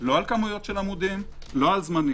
- לא על כמויות של עמודים ולא על זמנים.